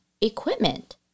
equipment